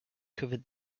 covered